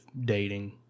dating